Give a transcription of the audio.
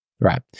right